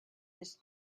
his